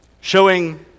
showing